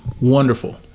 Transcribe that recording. Wonderful